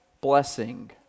blessing